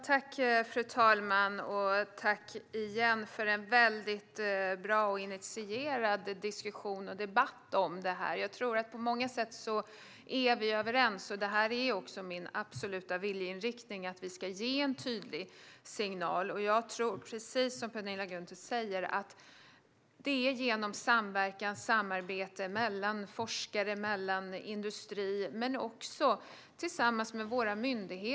Fru talman! Tack igen för en bra och initierad diskussion och debatt! Jag tror att vi på många sätt är överens, och det är min absoluta viljeinriktning att vi ska ge en tydlig signal. Jag tror att det, precis som Penilla Gunther säger, behövs samverkan och samarbete mellan forskare och industri men också tillsammans med våra myndigheter.